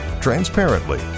transparently